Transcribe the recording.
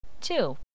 Two